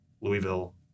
Louisville